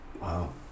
Wow